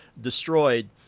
destroyed